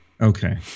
Okay